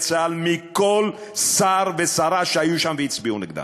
צה"ל מכל שר ושרה שהיו שם והצביעו נגדם.